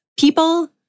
People